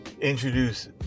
introduce